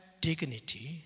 dignity